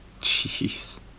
Jeez